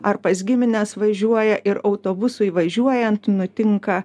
ar pas gimines važiuoja ir autobusui važiuojant nutinka